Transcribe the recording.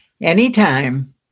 Anytime